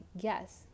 yes